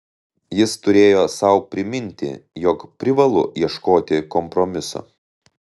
jis turėjo sau priminti jog privalu ieškoti kompromiso